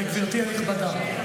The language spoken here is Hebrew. גברתי הנכבדה,